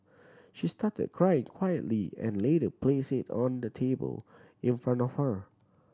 she started cry quietly and later placed it on the table in front of her